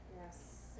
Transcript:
Yes